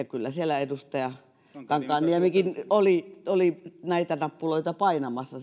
kyllä siellä edustaja kankaanniemikin oli oli näitä nappuloita painamassa